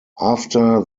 after